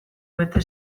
bete